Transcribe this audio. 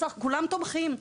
כולם תומכים,